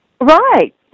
Right